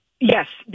Yes